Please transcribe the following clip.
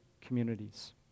communities